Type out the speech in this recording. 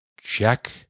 check